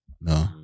No